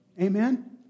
Amen